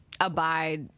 abide